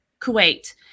Kuwait